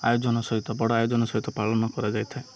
ଆୟୋଜନ ସହିତ ବଡ଼ ଆୟୋଜନ ସହିତ ପାଳନ କରାଯାଇଥାଏ